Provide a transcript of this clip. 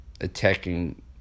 attacking